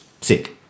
sick